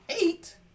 Eight